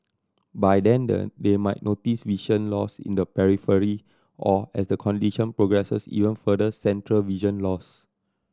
by then the they might notice vision loss in the periphery or as the condition progresses even further central vision loss